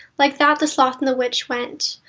like that the sloth and the witch went,